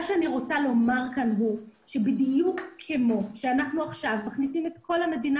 מה שאני רוצה לומר כאן זה שבדיוק כמו שעכשיו אנחנו מכניסים את כל המדינה